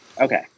okay